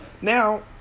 now